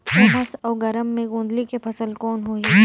उमस अउ गरम मे गोंदली के फसल कौन होही?